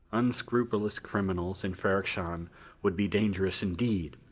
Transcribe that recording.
unscrupulous criminals in ferrok-shahn would be dangerous indeed,